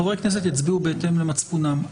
חברי הכנסת יצביעו בהתאם למצפונם,